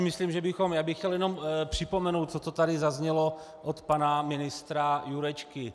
Myslím si, že bychom chtěl bych jenom připomenout to, co tady zaznělo od pana ministra Jurečky.